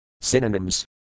Synonyms